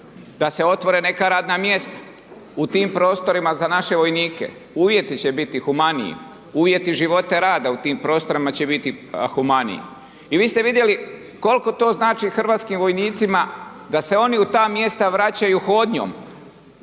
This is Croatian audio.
da se otvore neka radna mjesta u tim prostorima za naše vojnike, uvjeti će biti humaniji, uvjeti živote rada u tim prostorima će biti humaniji. I vi ste vidjeli koliko to znači hrvatskim vojnicima da se oni u ta mjesta vraćaju hodnjom,